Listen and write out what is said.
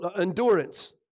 endurance